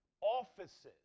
offices